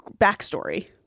backstory